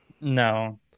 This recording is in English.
No